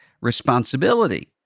responsibility